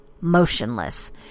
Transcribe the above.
motionless